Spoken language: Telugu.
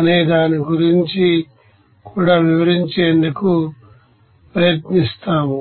అనే దాని గురించి కూడా వివరించేందుకు ప్రయత్నిస్తాము